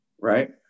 right